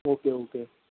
okay okay